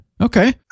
Okay